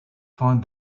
find